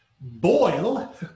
boil